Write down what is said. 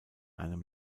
einem